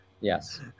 Yes